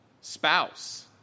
spouse